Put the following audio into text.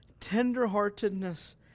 tenderheartedness